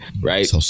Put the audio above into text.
right